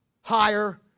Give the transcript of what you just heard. higher